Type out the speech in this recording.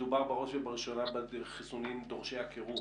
מדובר בראש ובראשונה בחיסונים דורשי הקירור,